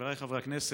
חבריי חברי הכנסת,